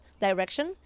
direction